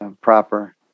proper